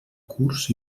curs